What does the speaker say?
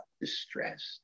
distressed